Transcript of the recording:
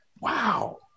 Wow